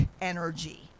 energy